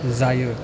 जायो